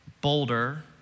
bolder